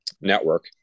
network